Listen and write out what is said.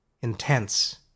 intense